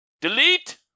Delete